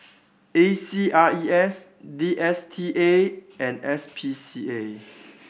A C R E S D S T A and S P C A